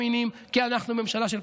ישראל.